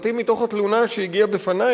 הפרטים מתוך התלונה שהגיעה לפני.